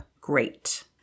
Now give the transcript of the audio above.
Great